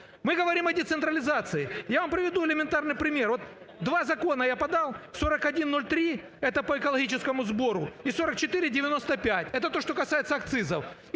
Мы говорим о децентрализации. Я вам приведу элементарный пример. Вот два закона я подал: 4103 – это по экологическому сбору и 4495 – это то, что касается акцизов.